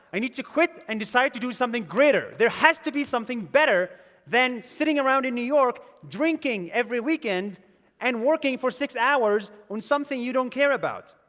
i need to quit and decide to do something greater. there has to be something better than sitting around in new york, drinking every weekend and working for six hours on something you don't care about.